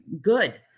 good